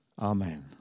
Amen